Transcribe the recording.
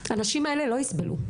הנשים האלו לא יסבלו,